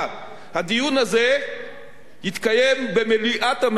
הדיון הזה יתקיים במליאת הממשלה,